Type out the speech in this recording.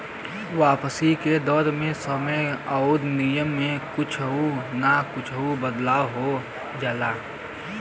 वापसी के दर मे समय आउर नियम में कुच्छो न कुच्छो बदलाव आ जाला